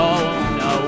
no